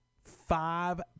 five